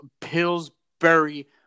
Pillsbury